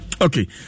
Okay